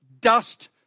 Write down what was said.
dust